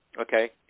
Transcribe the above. Okay